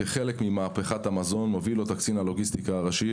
כחלק ממהפכת המזון שמוביל אותה קצין הלוגיסטיקה הראשי,